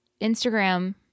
instagram